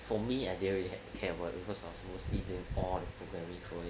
for me I didn't really had to care about it because I was mostly doing all the programming coding